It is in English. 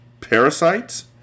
Parasites